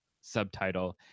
subtitle